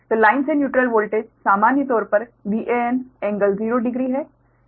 तो लाइन से neutral voltage सामान्य तौर पर Van एंगल 0 डिग्री है